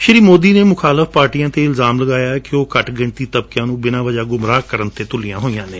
ਸ਼੍ਰੀ ਮੋਦੀ ਨੇ ਮੁਖਾਲਫ ਪਾਰਟੀਆਂ ਤੇ ਇਲਜਾਮ ਲਗਾਇਆ ਕਿ ਉਹ ਘੱਟ ਗਿਣਤੀ ਤਬਕਿਆਂ ਨੂੰ ਬਿਨਾ ਵਜ਼ਾ ਗੁਮਰਾਹ ਕਰਣ ਤੇ ਲੱਗੀਆਂ ਹੋਈਆਂ ਨੇ